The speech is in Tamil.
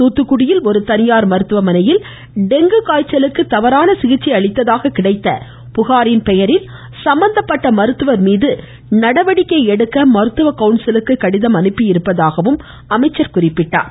தூத்துக்குடியில் ஒரு தனியார் மருத்துவமனையில் டெங்கு காய்ச்சலுக்கு தவறான சிகிச்சை அளித்ததாக கிடைத்த புகாரின்பெயரில் சம்பந்தப்பட்ட ம்ருத்துவர்மீது நடவடிக்கை எடுக்க மருத்துவ கவுன்சிலுக்கு கடிதம் அனுப்பியிருப்பதாகவும் அமைச்சர் கூறினார்